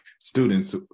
students